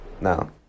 No